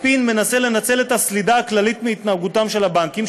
הספין מנסה לנצל את הסלידה הכללית מהתנהגותם של הבנקים,